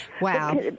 Wow